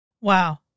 Wow